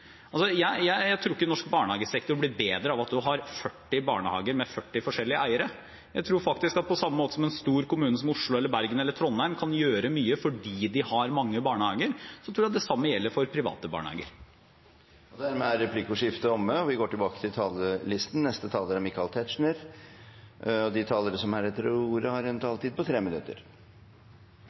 Jeg tror ikke norsk barnehagesektor blir bedre av at en har 40 barnehager med 40 forskjellige eiere. Jeg tror faktisk at på samme måte som at en stor kommune som Oslo, Bergen eller Trondheim kan gjøre mye fordi de har mange barnehager, så gjelder det samme for private barnehager. Dermed er replikkordskiftet omme. De talere som heretter får ordet, har en taletid på inntil 3 minutter. Jeg vil ta opp den tråden som